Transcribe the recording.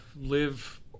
live